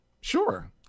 Sure